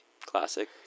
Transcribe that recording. Classic